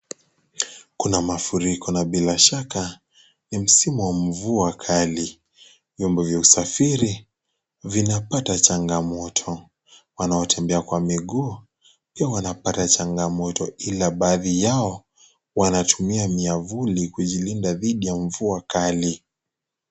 Kuna mafuriko na bila shaka ni msimu wa mvua kali. Vyombo vya usafiri vinapata changamoto. Wanaotembea kwa miguu pia wanapata changamoto ila baadhi yao wanatumia miavuli kujilinda dhidi ya mvua kali.